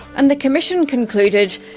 and the commission concluded,